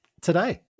today